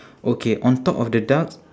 okay on top of the ducks